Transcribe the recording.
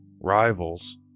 Rivals